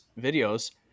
videos